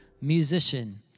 Musician